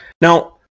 now